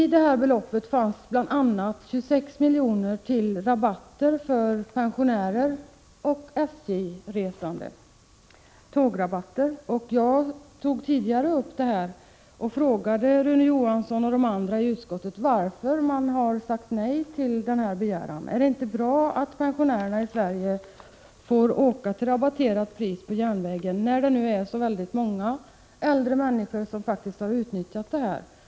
I det aktuella beloppet fanns bl.a. 26 milj.kr. till tågrabatter för pensionärer och andra SJ-resande. Jag tog tidigare upp detta och frågade Rune Johansson och de andra i utskottet varför man sagt nej till denna begäran. Är det inte bra att pensionärerna i Sverige får åka till rabatterat pris på järnvägen, när så väldigt många äldre människor faktiskt utnyttjat den möjligheten?